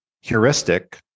heuristic